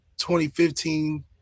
2015